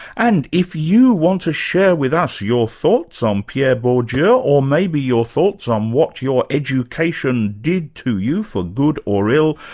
and if you want to share with us your thoughts on pierre bourdieu, yeah or maybe your thoughts on what your education did to you for good or ill,